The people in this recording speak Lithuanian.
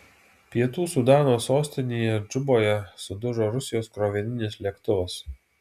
pietų sudano sostinėje džuboje sudužo rusijos krovininis lėktuvas